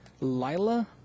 Lila